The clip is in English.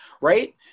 right